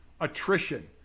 attrition